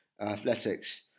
athletics